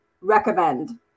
recommend